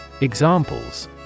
Examples